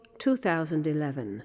2011